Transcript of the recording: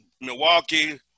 Milwaukee